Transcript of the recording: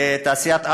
לתעשייה,